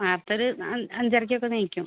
കാലത്ത് ഒരു അഞ്ചരക്ക് എണീക്കും